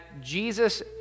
Jesus